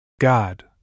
God